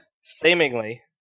seemingly